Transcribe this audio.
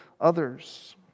others